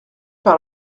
par